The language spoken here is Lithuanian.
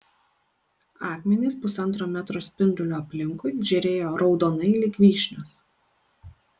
akmenys pusantro metro spinduliu aplinkui žėrėjo raudonai lyg vyšnios